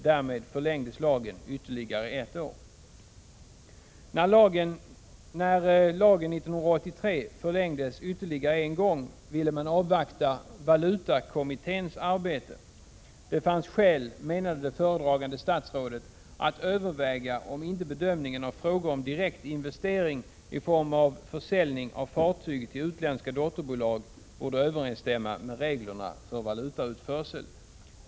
Därmed förlängdes lagen ytterligare ett år. När lagen 1983 förlängdes ännu en gång ville man avvakta valutakommitténs arbete. Det fanns skäl, menade det föredragande statsrådet, att överväga om inte bedömningen av frågor om direktinvestering, i form av försäljning av fartyg till utländska dotterbolag, borde överensstämma med reglerna för valutautförsel.